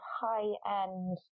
high-end